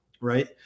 right